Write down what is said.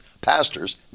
pastors